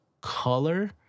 color